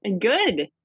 Good